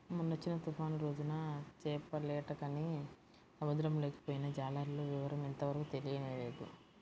మొన్నొచ్చిన తుఫాను రోజున చేపలేటకని సముద్రంలోకి పొయ్యిన జాలర్ల వివరం ఇంతవరకు తెలియనేలేదు